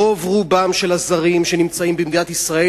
רובם הגדול של הזרים שנמצאים במדינת ישראל